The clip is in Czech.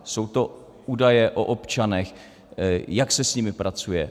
Jsou to údaje o občanech jak se s nimi pracuje?